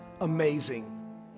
amazing